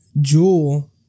Jewel